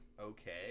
okay